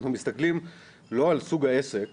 כלומר אנחנו מסתכלים לא על סוג העסק,